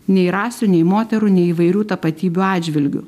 nei rasių nei moterų nei įvairių tapatybių atžvilgiu